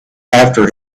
after